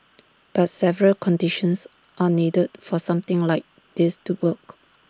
but several conditions are needed for something like this to work